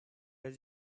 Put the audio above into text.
has